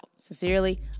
Sincerely